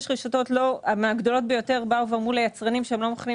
יש רשתות מהגדולות ביותר שאמרו ליצרנים שהן לא מוכנות